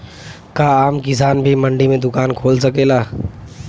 का आम किसान भी मंडी में दुकान खोल सकेला?